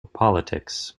politics